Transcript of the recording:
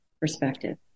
perspective